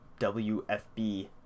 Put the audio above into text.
WFB